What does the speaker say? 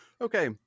Okay